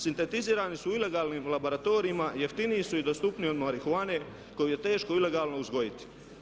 Sintetizirani su u ilegalnim laboratorijima, jeftiniji su i dostupniji od marihuane koju je teško ilegalno uzgojiti.